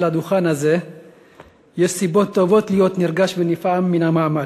הדוכן הזה יש סיבות טובות להיות נרגש ונפעם מן המעמד.